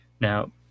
Now